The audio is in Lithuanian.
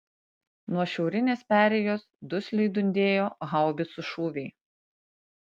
nuo šiaurinės perėjos dusliai dundėjo haubicų šūviai